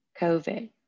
covid